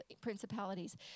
principalities